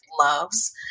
Loves